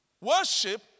Worship